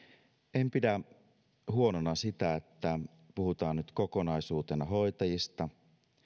en pidä huonona sitä että puhutaan nyt kokonaisuutena hoitajista